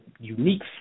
unique